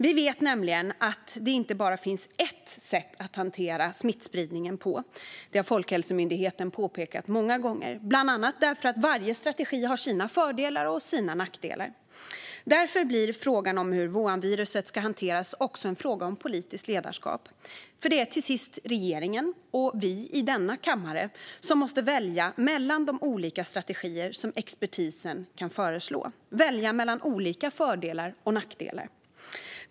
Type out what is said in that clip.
Vi vet nämligen att det inte bara finns ett sätt att hantera smittspridningen på, vilket Folkhälsomyndigheten har påpekat många gånger, bland annat därför att varje strategi har sina fördelar och nackdelar. Därför blir frågan om hur Wuhanviruset ska hanteras också en fråga om politiskt ledarskap, för till sist är det regeringen och vi i denna kammare som måste välja mellan de olika strategier som expertisen kan föreslå och mellan deras olika fördelar och nackdelar.